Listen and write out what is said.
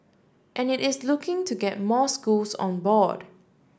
and it is looking to get more schools on board